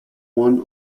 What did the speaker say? one